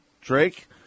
Drake